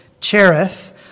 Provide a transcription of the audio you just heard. Cherith